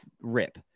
rip